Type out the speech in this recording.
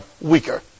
weaker